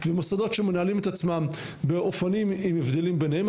ומוסדות שמנהלים את עצמם עם הבדלים ביניהם,